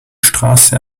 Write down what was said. straße